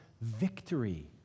victory